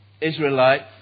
Israelite